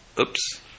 Oops